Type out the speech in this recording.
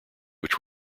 which